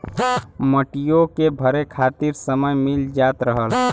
मटियो के भरे खातिर समय मिल जात रहल